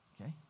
Okay